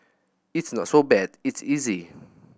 it's not so bad it's easy